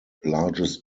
largest